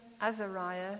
Azariah